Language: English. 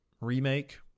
remake